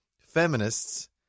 feminists